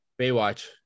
Baywatch